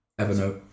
Evernote